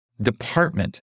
department